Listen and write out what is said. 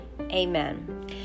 Amen